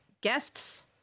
guests